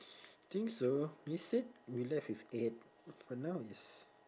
think so we said we left with eight but now is